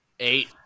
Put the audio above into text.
eight